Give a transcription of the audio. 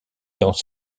dans